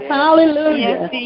hallelujah